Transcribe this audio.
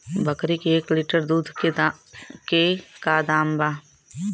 बकरी के एक लीटर दूध के का दाम बा?